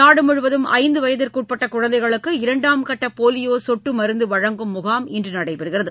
நாடு முழுவதும் ஐந்து வயதிற்கு உட்பட்ட குழந்தைகளுக்கு இரண்டாம் கட்ட போலியோ சொட்டு மருந்து வழங்கும் முகாம் இன்று நடைபெறுகிறது